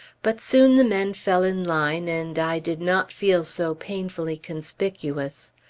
but soon the men fell in line, and i did not feel so painfully conspicuous.